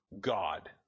God